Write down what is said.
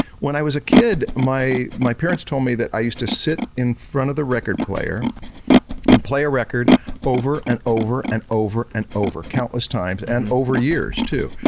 when i was a kid my my parents told me that i used to sit in front of the record player and play a record over and over and over and over countless times and over years too.